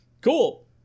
cool